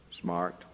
smart